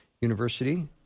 University